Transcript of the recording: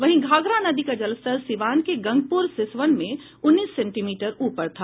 वहीं घाघरा नदी का जलस्तर सीवान के गंगपुर सिसवन में उन्नीस सेंटीमीटर ऊपर था